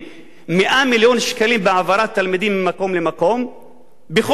100 מיליון בהעברת תלמידים ממקום למקום בכל שנה.